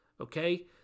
Okay